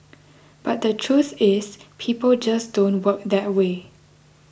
but the truth is people just don't work that way